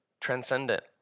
transcendent